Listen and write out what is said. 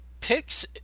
picks